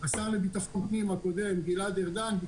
חסימות אם ועדת הרבנים או מישהו חסם מספר שמישהו